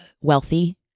wealthy